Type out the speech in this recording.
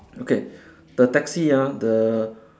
okay the taxi ah the